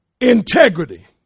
Integrity